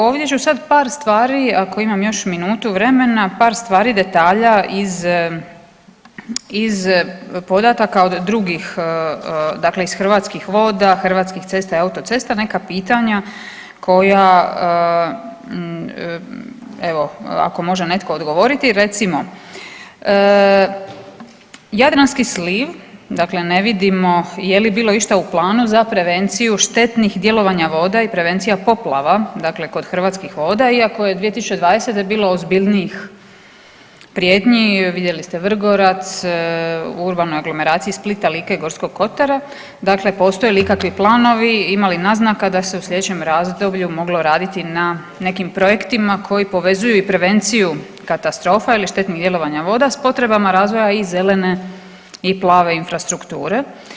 Ovdje ću sad par stvari ako imam još minutu vremena, par stvari detalja iz, iz podataka od drugih dakle iz Hrvatskih voda, Hrvatskih cesta i Autocesta, neka pitanja koja evo ako može netko odgovoriti, recimo, jadranski sliv, dakle ne vidimo je li bilo išta u planu za prevenciju štetnih djelovanja voda i prevencija poplava dakle kod Hrvatskih voda iako je 2020. bilo ozbiljnijih prijetnji, vidjeli ste Vrgorac, urbano aglomeraciju Splita, Like i Gorskog Kotara, dakle postoje li ikakvi planovi, ima li naznaka da se u slijedećem razdoblju moglo raditi na nekim projektima koji povezuju i prevenciju katastrofa ili štetnih djelovanja voda s potrebama razvoja i zelene i plave infrastrukture.